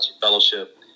fellowship